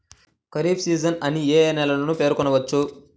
Kharif season అని ఏ ఏ నెలలను పేర్కొనవచ్చు?